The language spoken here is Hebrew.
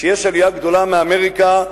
וכשיש עלייה גדולה מאמריקה,